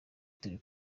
turi